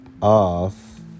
off